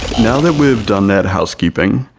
now that we've done that housekeeping,